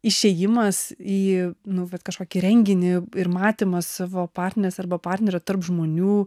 išėjimas į nu vat kažkokį renginį ir matymą savo parnerės arba partnerio tarp žmonių